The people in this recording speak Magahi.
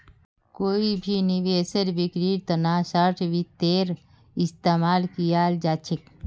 कोई भी निवेशेर बिक्रीर तना शार्ट वित्तेर इस्तेमाल कियाल जा छेक